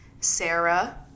Sarah